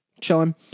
Chilling